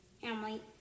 Family